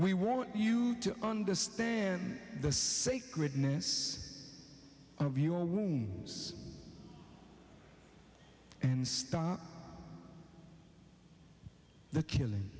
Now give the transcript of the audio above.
we want you to understand the sacredness of your womb and stop the killing